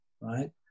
right